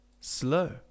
slow